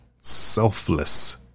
selfless